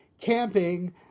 camping